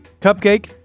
Cupcake